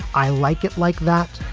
i like it like that.